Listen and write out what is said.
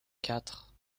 quatre